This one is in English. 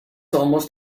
almost